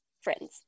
Friends